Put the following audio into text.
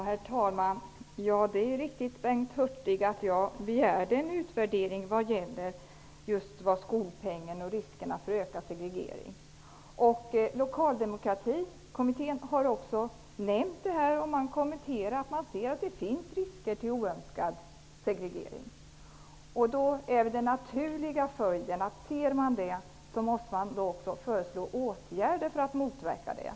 Herr talman! Det är riktigt att jag begärde en utvärdering av skolpengen och riskerna för ökad segregering, Bengt Hurtig. Lokaldemokratikommittén har också sagt att den ser risker för oönskad segregering. Om man ser en sådan risk är den naturliga följden att föreslå åtgärder för att motverka det.